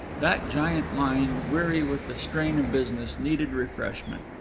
that giant mind weary with the strain of business, needed refreshment.